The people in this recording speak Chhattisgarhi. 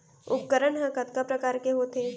उपकरण हा कतका प्रकार के होथे?